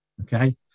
okay